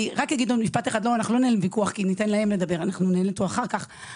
אני לא מסכימה עם חבר הכנסת